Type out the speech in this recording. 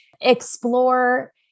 explore